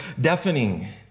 deafening